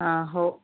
हां हो